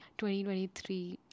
2023